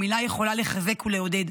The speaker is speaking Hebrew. ומילה יכולה לחזק ולעודד.